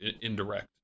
indirect